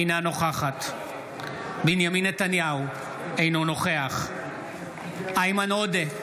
אינה נוכחת בנימין נתניהו, אינו נוכח איימן עודה,